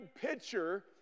pitcher